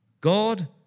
God